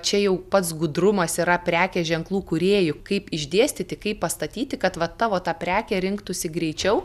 čia jau pats gudrumas yra prekės ženklų kūrėjų kaip išdėstyti kaip pastatyti kad va tavo tą prekę rinktųsi greičiau